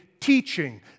teaching